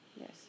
Yes